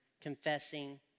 confessing